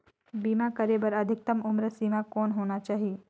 बीमा करे बर अधिकतम उम्र सीमा कौन होना चाही?